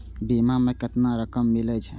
बीमा में केतना रकम मिले छै?